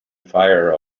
fire